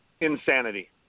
Insanity